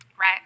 right